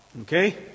okay